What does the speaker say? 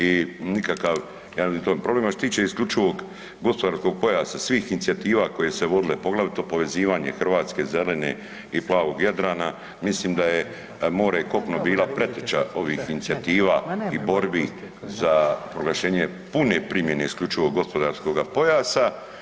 I nikakav, problem što se tiče isključivog gospodarskog pojasa svih inicijativa koje su se vodile poglavito povezivanje Hrvatske zelene i plavog Jadrana mislim da je more i kopno bila preteča ovih inicijativa i borbi za proglašenje pune primjene isključivog gospodarskoga pojasa.